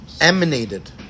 emanated